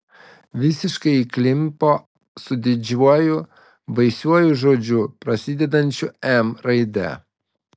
visiškai įklimpo su didžiuoju baisiuoju žodžiu prasidedančiu m raide